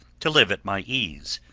to live at my ease,